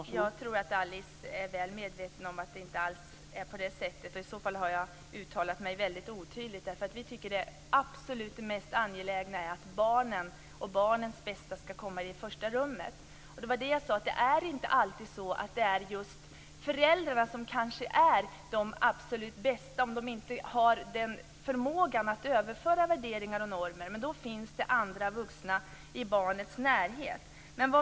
Herr talman! Jag tror att Alice Åström är väl medveten om att det inte är på det sättet. Om hon inte är det har jag uttalat mig väldigt otydligt. Vi tycker nämligen att det mest angelägna är att barnen och barnens bästa kommer i första rummet. Jag sade att det inte alltid är föräldrarna som är bäst på att överföra värderingar och normer; det är de inte om de inte har den förmågan. Då finns det andra vuxna i barnets närhet.